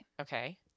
Okay